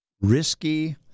risky